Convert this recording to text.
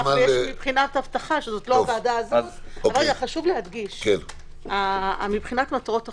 מבחינת אבטחה זאת לא הוועדה הזאת - חשוב להדגיש מבחינת מטרות החוק,